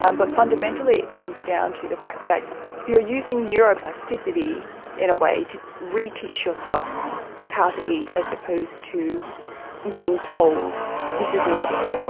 um but fundamentally it comes down to the fact that you are using neuroplasticity in a way to reteach yourself how to eat as opposed to being told this is normal.